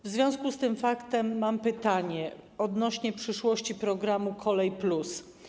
W związku z tym faktem mam pytanie odnośnie do przyszłości programu ˝Kolej+˝